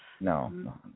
No